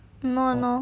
!hannor! !hannor!